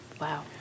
wow